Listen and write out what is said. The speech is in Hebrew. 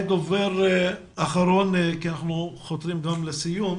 אנחנו חותרים לסיום.